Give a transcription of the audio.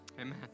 amen